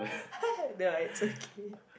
never mind ah it's okay